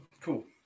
Cool